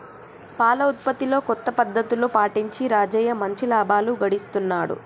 పాల ఉత్పత్తిలో కొత్త పద్ధతులు పాటించి రాజయ్య మంచి లాభాలు గడిస్తున్నాడు